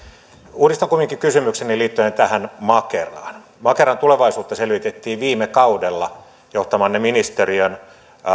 uudistan kumminkin kysymykseni liittyen makeraan makeran tulevaisuutta selvitettiin viime kaudella johtamanne ministeriön